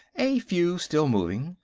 a few still moving.